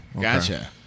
Gotcha